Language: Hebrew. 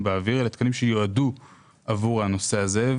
באוויר אלא תקנים שיועדו עבור הנושא הזה.